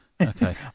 Okay